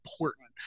Important